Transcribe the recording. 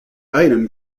item